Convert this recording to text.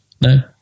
No